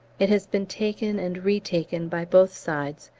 it has been taken and retaken by both sides,